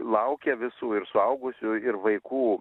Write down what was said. laukia visų ir suaugusiųjų ir vaikų